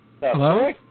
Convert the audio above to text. Hello